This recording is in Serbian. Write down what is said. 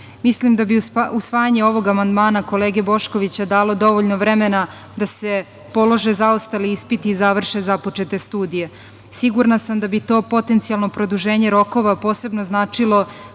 godine. Mislim da bi usvajanje ovog amandmana, kolege Boškovića dalo dovoljno vremena da se polože zaostali ispiti i završe započete studije. Sigurna sam da bi to potencijalno produženje rokova, posebno značilo